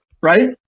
right